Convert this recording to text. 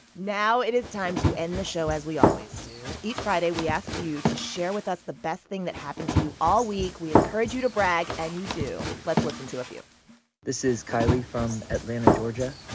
now it is time to end the show as we always do. each friday, we ask you to share with us the best thing that happened to you all week. we encourage you to brag, and you do. let's listen to a few this is kylie from atlanta, ga.